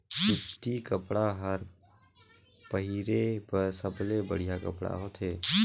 सूती कपड़ा हर पहिरे बर सबले बड़िहा कपड़ा होथे